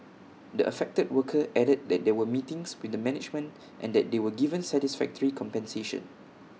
the affected worker added that there were meetings with the management and that they were given satisfactory compensation